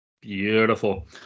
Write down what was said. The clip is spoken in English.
Beautiful